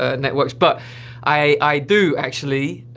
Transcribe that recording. ah networks, but i do, actually,